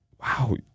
Wow